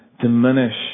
diminish